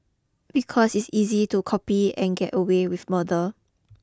because it's easy to copy and get away with murder